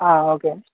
okay